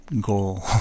Goal